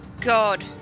God